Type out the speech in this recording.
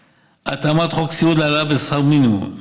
התאמת חוק סיעוד להעלאה בשכר מינימום,